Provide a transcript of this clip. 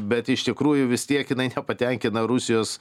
bet iš tikrųjų vis tiek jinai nepatenkina rusijos